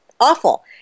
awful